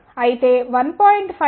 అయితే 1